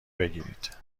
بگیرید